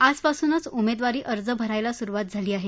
आजपासूनच उमेदवारी अर्ज भरण्यास सुरुवात झाली आहे